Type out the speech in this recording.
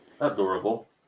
Adorable